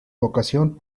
vocación